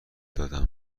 دادیم